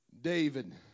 David